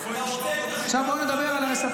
על מה אתה מדבר?